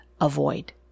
avoid